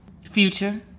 Future